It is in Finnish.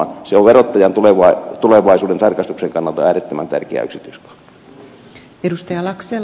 se on verottajan tulevaisuuden tarkastuksen kannalta äärettömän tärkeä yksityiskohta